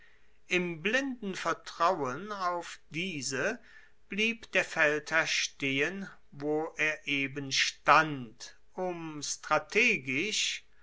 im blinden vertrauen auf diese blieb der feldherr stehen wo er eben stand um strategisch